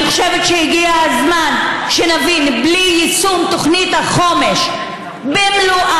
אני חושבת שהגיע הזמן שנבין שבלי יישום תוכנית החומש במלואה,